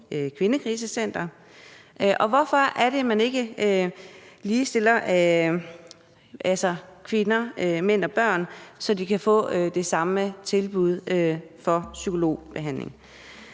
kvindekrisecenter? Hvorfor er det, at man ikke ligestiller kvinder, mænd og børn, så de kan få det samme tilbud om psykologbehandling?